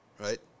right